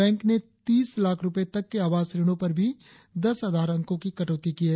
bank ने तीस लाख रुपये तक के आवास ऋणों पर भी दस आधार अंकों की कटौती की है